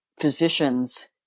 physicians